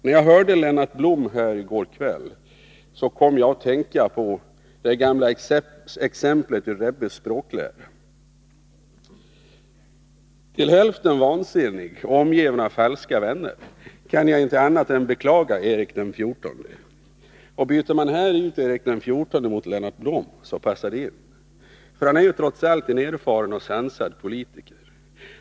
När jag hörde Lennart Blom tala här i går kväll, kom jag att tänka på det gamla exemplet ur Rebbes språklära: ”Halvt vansinnig och omgiven av dåliga rådgivare kan jag icke annat än beklaga Erik XIV.” Byter vi ut Erik XIV mot Lennart Blom, passar det in. Lennart Blom är trots allt en erfaren och sansad politiker.